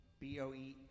b-o-e